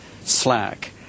slack